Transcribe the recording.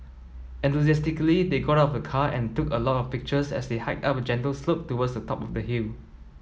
enthusiastically they got out of the car and took a lot of pictures as they hiked up a gentle slope towards the top of the hill